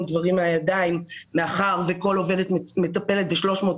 דברים מהידיים מאחר וכל עובדת מטפלת ב-300,